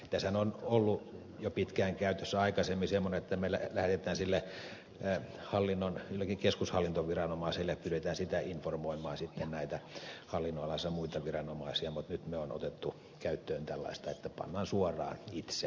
tässähän on ollut aikaisemmin jo pitkään käytössä semmoinen menettely että me lähetämme tiedon keskushallintoviranomaiselle ja pyydämme sitä informoimaan oman hallinnonalansa muita viranomaisia mutta nyt me olemme ottaneet käyttöön menettelyn että lähetämme tiedon ratkaisusta suoraan itse